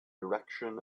direction